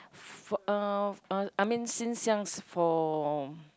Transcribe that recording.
f~ uh uh I mean since young for